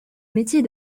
métier